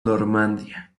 normandía